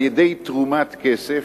על-ידי תרומת כסף,